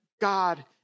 God